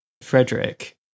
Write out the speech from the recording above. Frederick